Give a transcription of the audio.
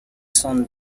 son